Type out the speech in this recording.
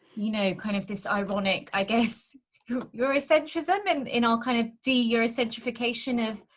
you know, kind of this ironic. i guess your essentialism, and in all kind of d. eurocent ification of.